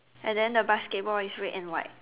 and then the basketball is red and white